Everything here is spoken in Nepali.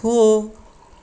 हो